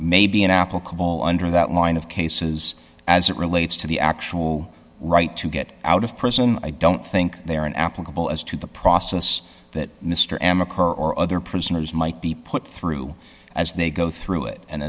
may be an applicable under that line of cases as it relates to the actual right to get out of prison i don't think they are and applicable as to the process that mr m occur or other prisoners might be put through as they go through it and